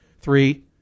Three